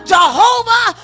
Jehovah